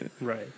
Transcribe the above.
Right